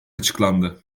açıklandı